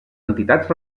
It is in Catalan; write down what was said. entitats